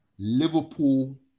Liverpool